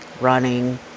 running